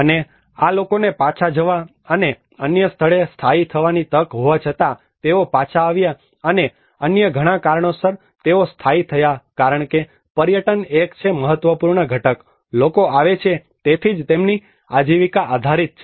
અને આ લોકોને પાછા જવા અને અન્ય સ્થળે સ્થાયી થવાની તક હોવા છતાં તેઓ પાછા આવ્યા અને અન્ય ઘણા કારણોસર તેઓ સ્થાયી થયા કારણ કે પર્યટન એક છે મહત્વપૂર્ણ ઘટક લોકો આવે છે તેથી જ તેમની આજીવિકા આધારિત છે